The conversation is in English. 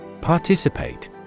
Participate